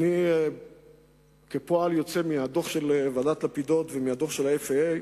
אני, עקב הדוח של ועדת-לפידות והדוח של ה-FAA,